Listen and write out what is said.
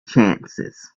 chances